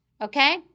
Okay